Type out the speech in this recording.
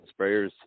sprayers